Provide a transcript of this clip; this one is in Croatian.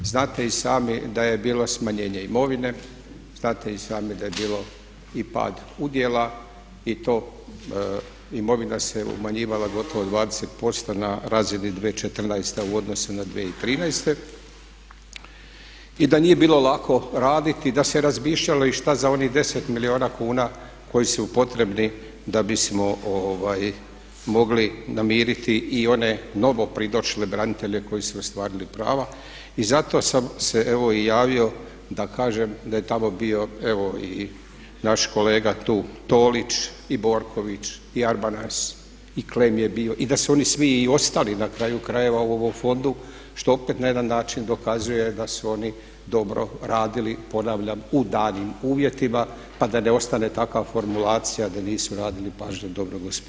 Znate i sami da je bilo smanjenje imovine, znate i sami da je bilo i pad udjela i to imovina se umanjivala gotovo 20% na razini 2014. u odnosu na 2013. i da nije bilo lako raditi, da se razmišljalo i šta sa onih 10 milijuna kuna koji su potrebni da bismo ovaj mogli namiriti i one novo pridošle branitelje koji su ostvarili prava i zato sam se evo i javio da kažem da je tamo bio evo i naš kolega tu Tolić i Borković i Arbanas i Klen je bio i da su oni svi i ostali na kraju krajeva u ovom fondu što opet na jedan način dokazuje da su oni dobro radili ponavljam u danim uvjetima pa da ne ostane takva formulacije da nisu radili pažnjom dobrog gospodara.